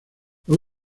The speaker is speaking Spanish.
los